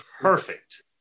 Perfect